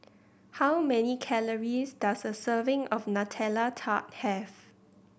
how many calories does a serving of Nutella Tart have